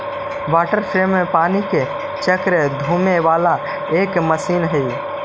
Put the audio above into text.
water frame पानी के चक्र से घूमे वाला एक मशीन हई